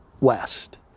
West